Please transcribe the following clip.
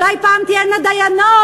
אולי פעם תהיינה דיינות,